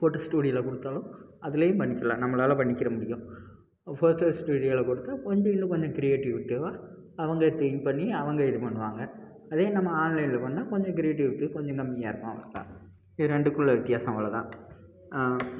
photo ஸ்டூடியோவில் கொடுத்தாலும் அதுலேயும் பண்ணிக்கலாம் நம்மளால் பண்ணிக்கிற முடியும் போட்டோ ஸ்டூடியோவில் கொடுத்து கொஞ்சம் இன்னும் கொஞ்சம் கிரியேட்டிவாக அவங்க திங்க் பண்ணி அவங்க இது பண்ணுவாங்க அதே நம்ம ஆன்லைனில் பண்ணால் கொஞ்சம் கிரியேட்டிவிட்டி கொஞ்சம் கம்மியாக இருக்கும் அவ்வளோ தான் இது ரெண்டுக்குள்ள வித்தியாசம் அவ்வளோ தான்